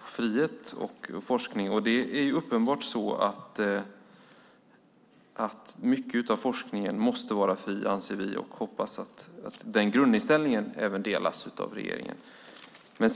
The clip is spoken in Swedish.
frihet och forskning. Det är uppenbart att mycket av forskningen måste vara fri. Vi hoppas att den grundinställningen delas av regeringen.